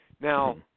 Now